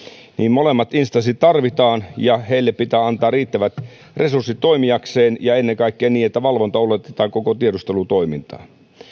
molempia instansseja tarvitaan ja niille pitää antaa riittävät resurssit toimiakseen ja ennen kaikkea niin että valvonta ulotetaan koko tiedustelutoimintaan